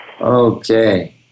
Okay